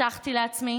הבטחתי לעצמי